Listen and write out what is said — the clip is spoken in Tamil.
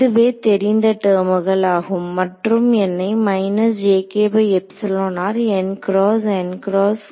இதுவே தெரிந்த டெர்முகள் ஆகும் மற்றும் என்னை விட்டு விட்டோம்